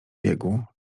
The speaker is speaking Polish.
biegu